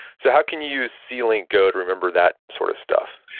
so how can you you see link go! to remember that sort of stuff?